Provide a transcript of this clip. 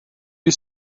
you